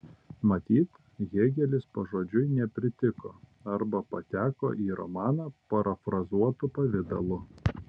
matyt hėgelis pažodžiui nepritiko arba pateko į romaną parafrazuotu pavidalu